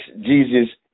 Jesus